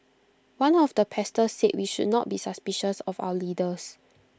one of the pastors said we should not be suspicious of our leaders